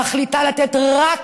מחליטה לתת רק